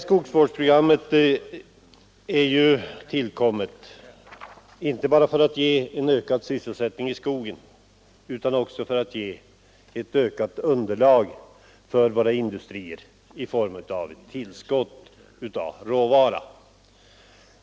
Skogsvårdsprogrammet är ju tillkommet inte bara för att ge en ökad sysselsättning i skogen utan också för att ge ökat underlag för industri i form av ett tillskott av råvara.